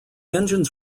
engines